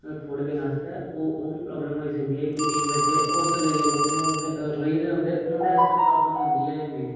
थोह्ड़े दिन आस्तै ओह् ओह् बी प्राब्लम होई सकदी ऐ कि केईं बच्चे होस्टल जाइयै रौंह्दे न उंदे रेही गेदे होंदे न उं'दे आस्तै प्राब्लम होंदी ऐ एह् मेन